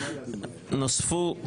נוספו.